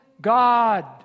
God